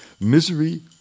misery